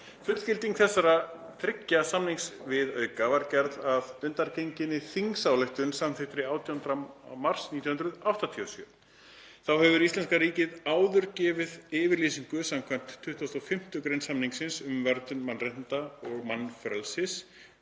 Fullgilding þessara þriggja samningsviðauka var gerð að undangenginni þingsályktun samþykktri 18. mars 1987. Þá hefur íslenska ríkið sem áður segir gefið yfirlýsingu skv. 25. gr. samningsins um verndun mannréttinda og mannfrelsis